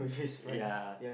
ya